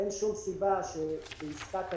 אין שום סיבה שעסקה כזאת,